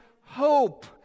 hope